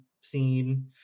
scene